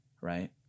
right